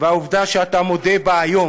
והעובדה שאתה מודה בה היום,